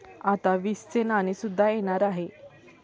आता वीसचे नाणे सुद्धा येणार आहे